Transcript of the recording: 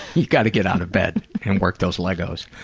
you gotta get out of bed and work those legos.